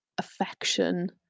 affection